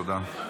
תודה.